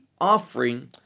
offering